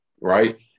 right